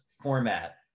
format